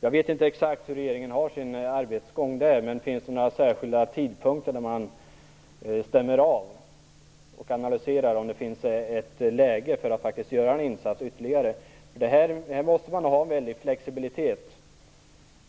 Jag vet inte exakt hur regeringen har sin arbetsgång beträffande de tillfälliga stödområdena, men finns det några särskilda tidpunkter där man stämmer av och analyserar om det finns läge för att göra ytterligare en insats. Här måste man ha stor flexibilitet